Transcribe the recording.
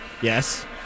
Yes